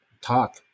talk